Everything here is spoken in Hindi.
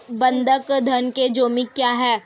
बंधक ऋण के जोखिम क्या हैं?